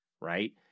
right